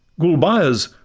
gulbeyaz,